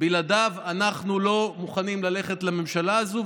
בלעדיו אנחנו לא מוכנים ללכת לממשלה הזאת.